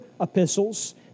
epistles